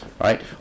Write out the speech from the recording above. right